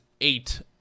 eight